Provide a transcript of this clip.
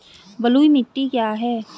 बलुई मिट्टी क्या है?